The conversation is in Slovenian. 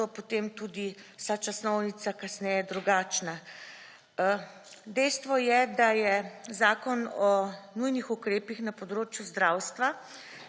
potem tudi je vsa časovnica kasneje drugačna. Dejstvo je, da je Zakon o nujnih ukrepih na področju zdravstva,